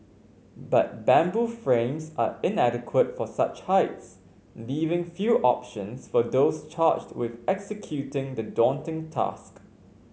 but bamboo frames are inadequate for such heights leaving few options for those charged with executing the daunting task